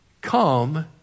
Come